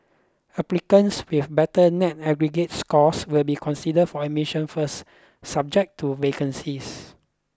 applicants with better net aggregate scores will be considered for admission first subject to vacancies